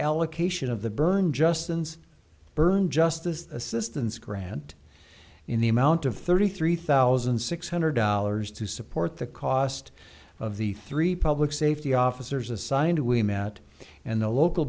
allocation of the burn justin's burn justice assistance grant in the amount of thirty three thousand six hundred dollars to support the cost of the three public safety officers assigned we met and the local